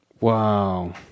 Wow